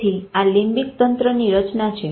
તેથી આ લીમ્બીક તંત્રની રચના છે